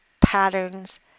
patterns